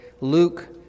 Luke